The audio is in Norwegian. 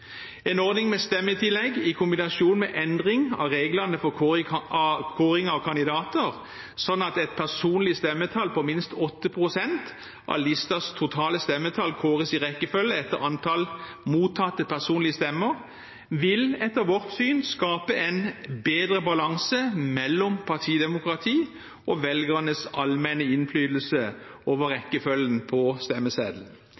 En ordning med stemmetillegg i kombinasjon med endring av reglene for kåring av kandidater sånn at et personlig stemmetall på minst 8 pst. av listens totale stemmetall kåres i rekkefølge etter antall mottatte personlige stemmer, vil etter vårt syn skape en bedre balanse mellom partidemokrati og velgernes allmenne innflytelse over